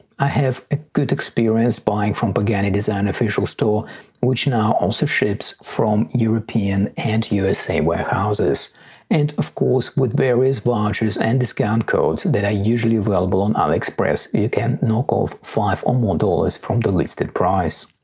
i have a good experience buying from pagani design official store which now also ships from european and usa warehouses and of course with various vouchers and discount codes that are usually available on aliexpress you can knock off five or more dollars from the listed price.